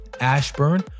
Ashburn